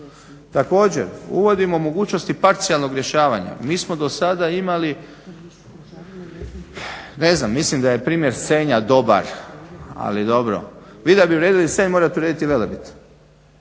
Također uvodimo mogućnosti parcijalnog rješavanja. Mi smo do sada imali ne znam mislim da je primjer Senja dobar, ali dobro, vi da bi uredili Senj morate urediti i Velebit